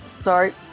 sorry